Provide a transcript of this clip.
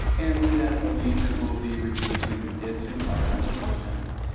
and we then believe it will be reducing it's environmental footprint.